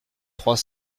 trois